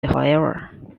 however